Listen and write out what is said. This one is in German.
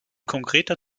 konkreter